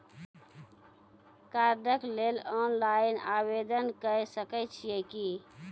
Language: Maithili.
कार्डक लेल ऑनलाइन आवेदन के सकै छियै की?